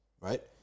Right